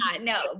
no